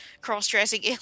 cross-dressing